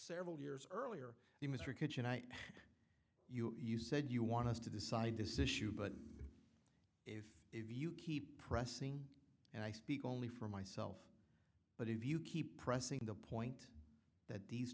several years earlier mr kitchen i you you said you want us to decide this issue but if if you keep pressing and i speak only for myself but if you keep pressing the point that these